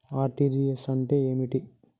RTGS అంటే ఏమిటి?